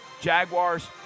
Jaguars